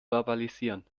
verbalisieren